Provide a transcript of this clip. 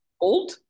old